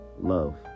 love